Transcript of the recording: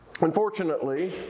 Unfortunately